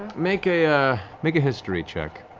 make a ah make a history check.